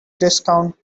discount